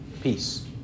peace